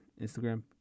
Instagram